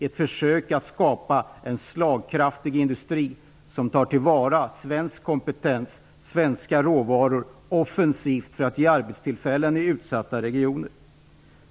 Vi försökte att skapa en slagkraftig industri som tar till vara svensk kompetens och svenska råvaror offensivt för att ge arbetstillfällen i utsatta regioner.